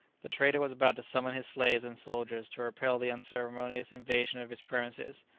the trader was about to summon his slaves and soldiers to repel the unceremonious invasion of his premises,